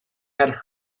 had